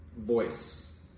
Voice